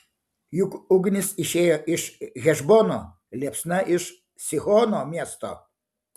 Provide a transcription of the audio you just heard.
juk ugnis išėjo iš hešbono liepsna iš sihono miesto